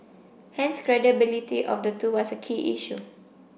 hence credibility of the two was a key issue